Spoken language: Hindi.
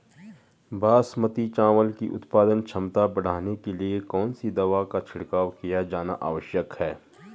बासमती चावल की उत्पादन क्षमता बढ़ाने के लिए कौन सी दवा का छिड़काव किया जाना आवश्यक है?